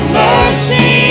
mercy